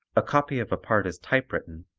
a copy of a part is typewritten,